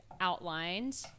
outlined